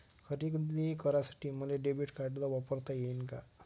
खरेदी करासाठी मले डेबिट कार्ड वापरता येईन का?